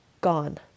gone